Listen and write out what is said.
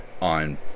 on